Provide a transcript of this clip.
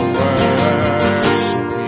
worship